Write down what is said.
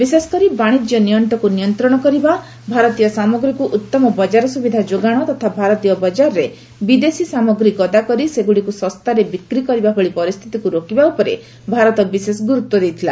ବିଶେଷକରି ବାଣିଜ୍ୟ ନିଅଣ୍ଟକୁ ନିୟନ୍ତ୍ରଣ କରିବା ଭାରତୀୟ ସାମଗ୍ରୀକୁ ଉତ୍ତମ ବଜାର ସୁବିଧା ଯୋଗାଣ ତଥା ଭାରତୀୟ ବଜାରରେ ବିଦେଶୀ ସାମଗ୍ରୀ ଗଦାକରି ସେଗୁଡ଼ିକୁ ଶସ୍ତାରେ ବିକ୍ରି କରିବାଭଳି ପରିସ୍ଥିତିକୁ ରୋକିବା ଉପରେ ଭାରତ ବିଶେଷ ଗୁରୁତ୍ୱ ଦେଇଥିଲା